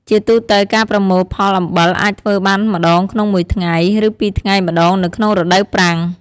ជាទូទៅ ការប្រមូលផលអំបិលអាចធ្វើបានម្តងក្នុងមួយថ្ងៃ ឬពីរថ្ងៃម្ដងនៅក្នុងរដូវប្រាំង។